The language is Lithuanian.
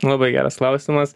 labai geras klausimas